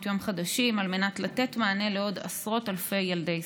יום חדשים על מנת לתת מענה לעוד עשרות אלפי ילדי ישראל.